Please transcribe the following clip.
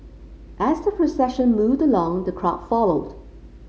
as the procession moved along the crowd followed